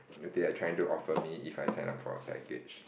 they are trying to offer me if I sign up for a package